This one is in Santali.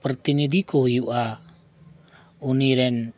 ᱯᱨᱛᱤᱱᱤᱫᱷᱤ ᱠᱚ ᱦᱩᱭᱩᱜᱼᱟ ᱩᱱᱤ ᱨᱮᱱ